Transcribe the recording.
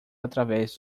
através